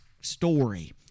story